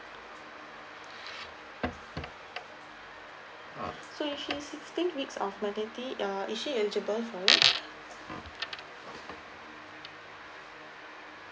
so you say sixteen weeks of maternity uh is she eligible for it